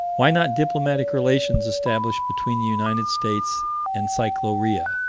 why not diplomatic relations established between the united states and cyclorea